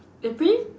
they pretty